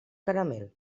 caramel